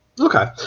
Okay